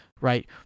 right